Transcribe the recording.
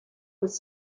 was